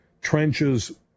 trenches